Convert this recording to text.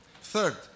Third